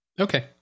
Okay